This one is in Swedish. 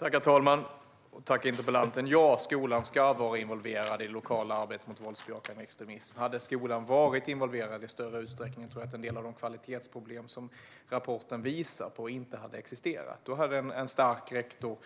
Herr talman! Tack, interpellanten! Ja, skolan ska vara involverad i det lokala arbetet mot våldsbejakande extremism. Hade skolan varit involverad i större utsträckning tror jag att en del av de kvalitetsproblem som rapporten visar på inte hade existerat. Då hade en stark rektor